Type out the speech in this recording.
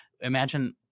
imagine